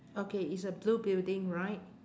okay it's a blue building right